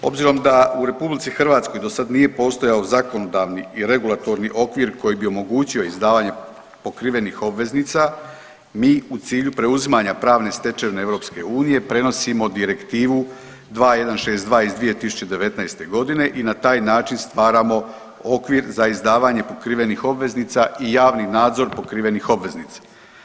Obzirom da u RH dosada nije postojao zakonodavni i regulatorni okvir koji bi omogućio izdavanje pokrivenih obveznica mi u cilju preuzimanja pravne stečevine EU prenosimo Direktivu 2162 iz 2019. godine i na taj način stvaramo okvir za izdavanje pokrivenih obveznica i javni nadzor pokrivenih obveznica.